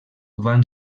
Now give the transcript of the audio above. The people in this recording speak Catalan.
van